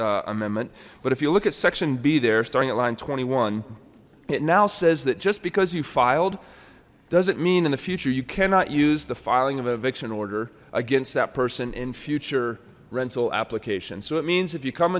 amendment but if you look at section b they're starting at line twenty one it now says that just because you filed doesn't mean in the future you cannot use the filing of an eviction order against that person in future rental applications so it means if you come